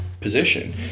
position